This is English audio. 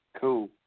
Cool